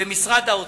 במשרד האוצר.